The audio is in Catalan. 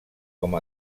com